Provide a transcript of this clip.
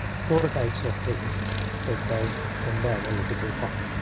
four types of things it does in the analytical part.